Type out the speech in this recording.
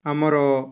ଆମର